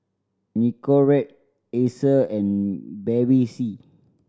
Nicorette Acer and Bevy C